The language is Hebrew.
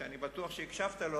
שאני בטוח שהקשבת לו,